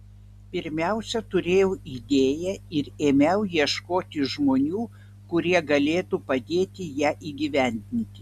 pirmiausia turėjau idėją ir ėmiau ieškoti žmonių kurie galėtų padėti ją įgyvendinti